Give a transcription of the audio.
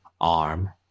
arm